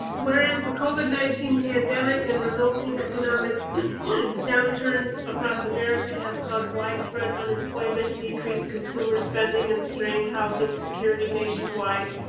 whereas the covid nineteen pandemic and resulting economic downturn across america has caused widespread unemployment, decreased consumer spending, and strained housing security nationwide,